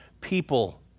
people